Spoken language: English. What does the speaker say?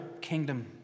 kingdom